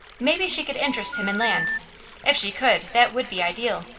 maybe she could interest him in land if she could, that would be ideal.